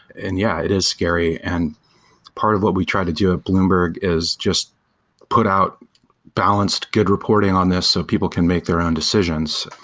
and yeah, it is scary, and part of what we try to do at bloomberg is just put out balanced good reporting on this so people can make their own decisions.